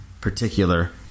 particular